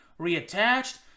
reattached